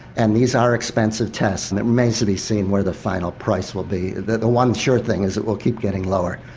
and these are expensive tests and it remains to be seen where the final price will be. the one sure thing is it will keep getting lower,